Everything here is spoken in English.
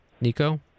Nico